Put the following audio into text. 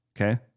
okay